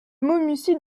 maumussy